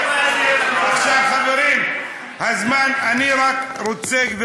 לך אני בטח לא